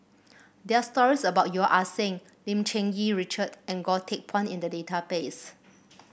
there are stories about Yeo Ah Seng Lim Cherng Yih Richard and Goh Teck Phuan in the database